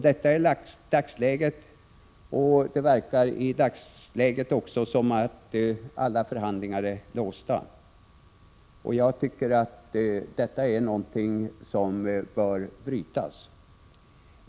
Detta är ” dagsläget, och det verkar nu som om alla förhandlingar är låsta. Den låsningen bör enligt min mening brytas.